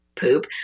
poop